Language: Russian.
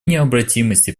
необратимости